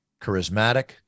charismatic